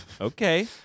okay